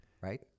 right